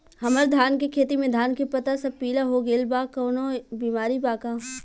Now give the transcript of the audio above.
हमर धान के खेती में धान के पता सब पीला हो गेल बा कवनों बिमारी बा का?